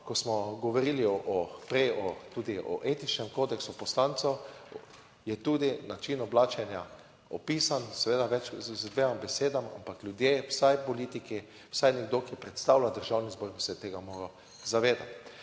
ko smo govorili prej tudi o etičnem kodeksu poslancev, je tudi način oblačenja opisan seveda več z dvema besedama, ampak ljudje, vsaj politiki, vsaj nekdo, ki predstavlja Državni zbor, bi se tega moral zavedati.